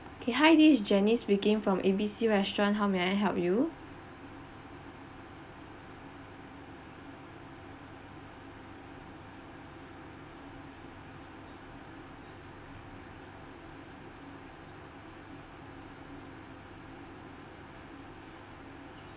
okay hi this is jenny speaking from A B C restaurant how may I help you